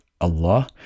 Allah